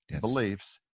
beliefs